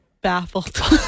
baffled